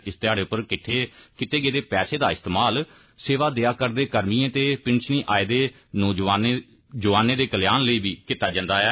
इस ध्याड़े पर किटठे कीते गेदे पैसे दा इस्तेमाल सेवां देआ रदे कर्मिएं ते पिंषनी आये दे जौआनें दे कल्याण लेई बी कीता जंदा ऐ